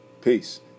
Peace